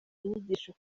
inyigisho